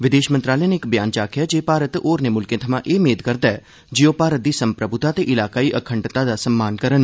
विदेश मंत्रालय नै इक बयाना च आखेआ ऐ जे भारत होरनें मुल्खें थमां एह् मेद करदा ऐ जे ओह् भारत दी संप्रमुता ते इलाकाई अखंडता दा सम्मान करन